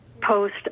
post